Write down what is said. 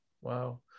Wow